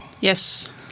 Yes